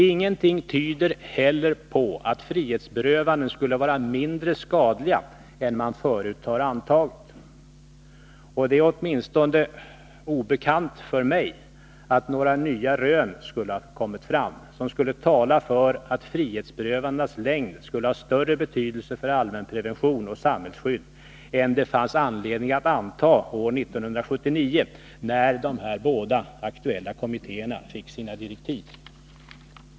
Ingenting tyder heller på att frihetsberövandena skulle vara mindre skadliga än man förut har antagit, och det är obekant åtminstone för mig att några nya rön framkommit som skulle tala för att frihetsberövandenas längd skulle ha större betydelse för allmänprevention och samhällsskydd än det fanns anledning att anta år 1979, när de båda aktuella kommittéerna fick sina direktiv.